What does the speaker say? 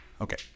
Okay